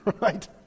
right